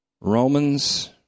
Romans